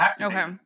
okay